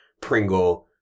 Pringle